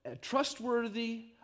trustworthy